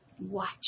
Watch